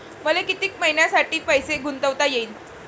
मले कितीक मईन्यासाठी पैसे गुंतवता येईन?